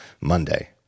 Monday